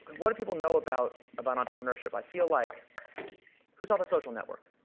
what do people know about about entrepreneurship? i feel like who saw the social network?